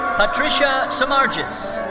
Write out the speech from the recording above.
patricia samartzis.